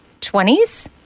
20s